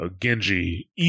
Genji